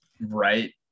right